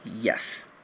Yes